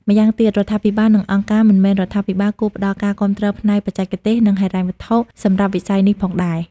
ម្យ៉ាងទៀត រដ្ឋាភិបាល និងអង្គការមិនមែនរដ្ឋាភិបាលគួរផ្តល់ការគាំទ្រផ្នែកបច្ចេកទេស និងហិរញ្ញវត្ថុសម្រាប់វិស័យនេះផងដែរ។